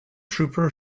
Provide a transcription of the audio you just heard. trooper